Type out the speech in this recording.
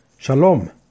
Shalom